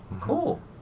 Cool